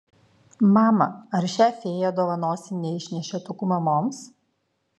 mama ar šią fėją dovanosi neišnešiotukų mamoms